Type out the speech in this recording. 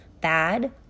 bad